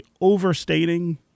overstating